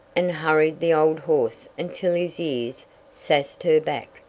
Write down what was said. and hurried the old horse until his ears sassed her back.